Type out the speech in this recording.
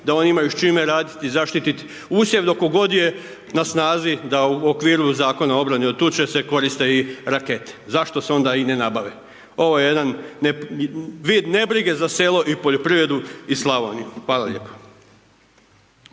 da oni imaju s čime raditi i zaštitit usjev dok god je na snazi da u okviru Zakona o obrani od tuče se koriste i rakete. Zašto se onda i ne nabave? Ovo je jedan vid nebrige za selo i poljoprivredu i Slavoniju. Hvala lijepo.